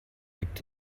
gibt